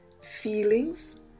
feelings